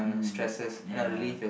mm yeah